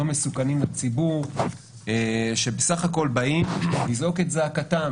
לא מסוכנים לציבור שבסך הכול באים לזעוק את זעקתם